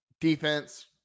defense